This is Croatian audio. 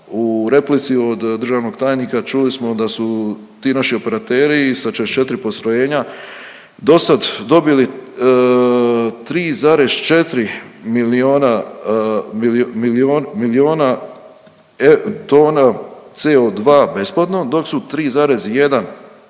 U replici od državnog tajnika čuli smo da su ti naši operateri sa 44 postrojenja dosad dobili 3,4 milijuna, .../nerazumljivo/... milijuna